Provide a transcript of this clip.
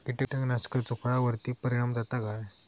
कीटकनाशकाचो फळावर्ती परिणाम जाता काय?